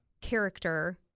character